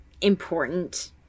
important